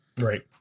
right